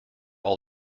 all